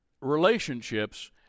relationships